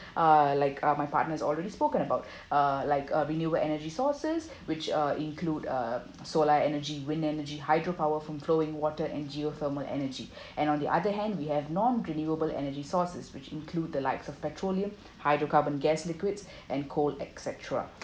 uh like uh my partner's already spoken about uh like uh renewable energy sources which uh include uh solar energy wind energy hydro power from flowing water and geothermal energy and on the other hand we have non-renewable energy sources which include the likes of petroleum hydrocarbon gas liquids and coal et cetera